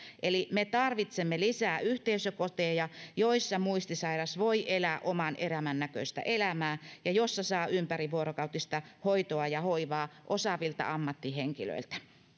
eli me tarvitsemme lisää yhteisökoteja joissa muistisairas voi elää oman elämän näköistä elämää ja joissa saa ympärivuorokautista hoitoa ja hoivaa osaavilta ammattihenkilöiltä